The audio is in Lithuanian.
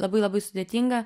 labai labai sudėtinga